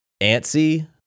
antsy